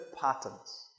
patterns